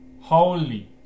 holy